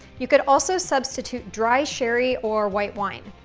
you could also substitute dry sherry or white wine.